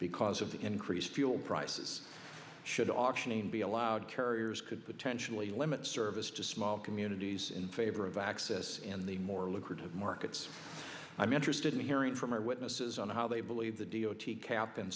because of the increased fuel prices should optioning be allowed carriers could potentially limit service to small communities in favor of access in the more lucrative markets i'm interested in hearing from our witnesses on how they believe the d o t cap